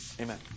amen